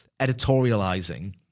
editorializing